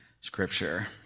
scripture